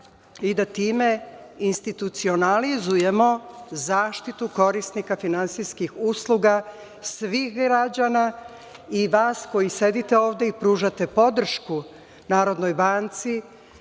i da time institucionalizujemo zaštitu korisnika finansijskih usluga svih građana i vas koji sedite ovde i pružate podršku Narodnoj banci,